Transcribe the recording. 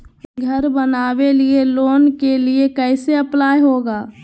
घर बनावे लिय लोन के लिए कैसे अप्लाई होगा?